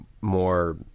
more